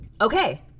okay